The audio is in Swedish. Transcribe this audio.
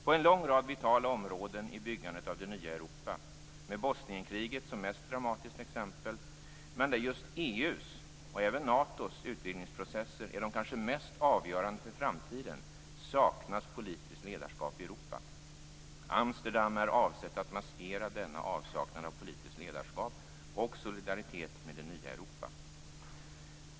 På en lång rad vitala områden i byggandet av det nya Europa - med Bosnienkriget som mest dramatiskt exempel - där just EU:s och även Natos utvidgningsprocesser är de kanske mest avgörande för framtiden, saknas politiskt ledarskap i Europa. Amsterdamfördraget är avsett att maskera denna avsaknad av politiskt ledarskap och solidaritet med det nya Europa.